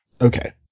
Okay